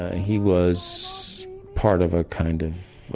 he was part of a kind of a